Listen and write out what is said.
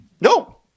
No